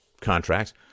contract